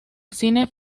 cine